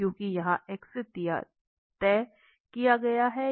इसलिए यहां x तय किया गया है